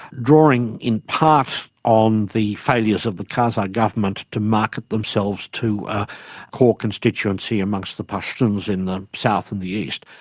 drawing in part on the failures of the karzai government to market themselves to core constituency amongst the pashtuns in the south and the east,